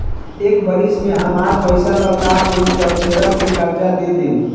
एक बरिस में हामार पइसा लौटा देबऽ त तोहरा के कर्जा दे देम